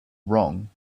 wrong